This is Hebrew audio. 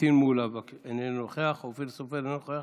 פטין מולא, אינו נוכח, אופיר סופר, אינו נוכח.